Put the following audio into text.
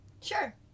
Sure